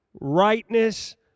rightness